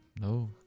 No